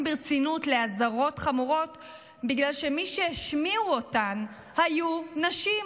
ברצינות לאזהרות חמורות בגלל שמי שהשמיעו אותן היו נשים.